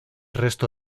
resto